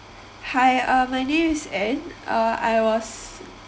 hi uh my name is ann uh I was